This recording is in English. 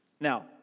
Now